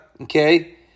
okay